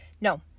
No